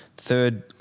Third